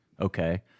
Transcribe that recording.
Okay